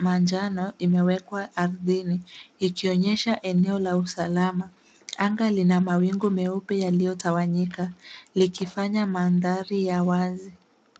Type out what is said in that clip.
manjano imewekwa ardhini, ikionyesha eneo la usalama. Anga lina mawingu meupe yaliyotawanyika likifanya mandhari ya wazi.